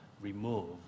remove